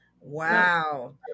Wow